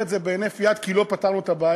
את זה בהינף יד כי לא פתרנו את הבעיה.